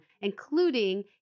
including